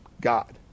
God